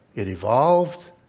it evolved,